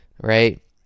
right